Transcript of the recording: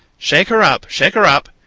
shake her up, shake her up!